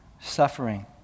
suffering